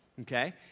okay